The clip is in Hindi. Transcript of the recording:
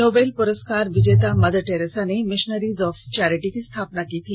नोबेल पुरस्कार विजेता मदर टेरेसा ने मिशनरीज ऑफ चौरिटी की स्थापना की थी